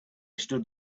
stood